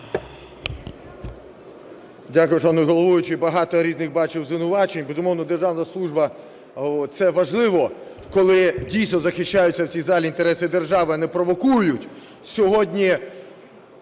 Дякую, шановний головуючий. Багато різних бачив звинувачень. Безумовно, державна служба – це важливо, коли дійсно захищаються у цій залі інтереси держави, а не провокують